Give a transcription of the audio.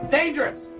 Dangerous